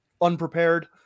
unprepared